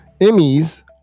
Emmy's